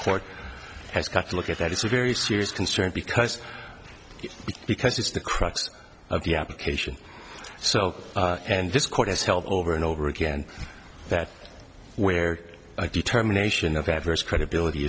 has got to look at that it's a very serious concern because because it's the crux of the application so and this court has held over and over again that where a determination of adverse credibility